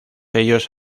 ellos